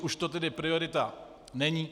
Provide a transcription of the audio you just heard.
Už to tedy priorita není.